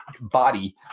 body